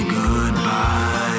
goodbye